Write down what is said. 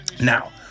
Now